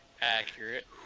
Accurate